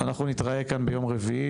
אנחנו נתראה כאן ביום רביעי.